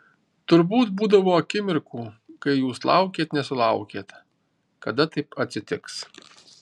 turbūt būdavo akimirkų kai jūs laukėt nesulaukėt kada taip atsitiks